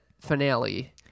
finale